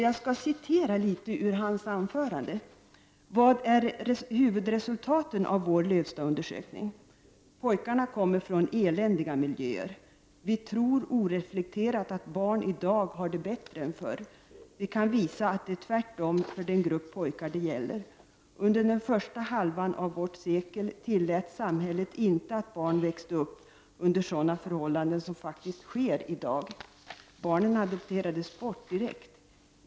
Jag skall citera ett stycke ur hans anförande: ”Vad är huvudresultaten av vår Lövstaundersökning. Pojkarna kommer från eländiga miljöer. Vi tror oreflekterat att barn i dag har det bättre än förr. Vi kan visa att det är tvärtom för den grupp pojkar det gäller. Under den första halvan av vårt sekel tillät samhället inte att barn växte upp under sådana förhållanden som faktiskt sker i dag. Barnen adopterades bort direkt.